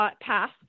path